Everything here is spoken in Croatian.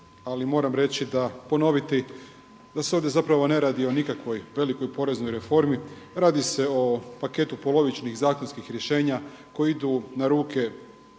Ali moram reći, ponoviti, da se ovdje zapravo ne radi o nikakvoj velikoj poreznoj reformi. Radi se o paketu polovičnih zakonskih rješenja koji idu na ruke